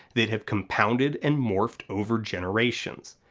that have compounded and morphed over generations.